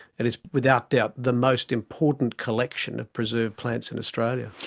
it is without doubt the most important collection of preserved plants in australia.